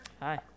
Hi